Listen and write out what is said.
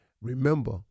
remember